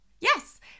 yes